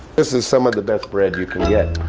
this is some of the best bread you can get.